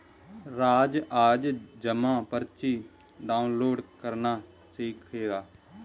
राज आज जमा पर्ची डाउनलोड करना सीखेगा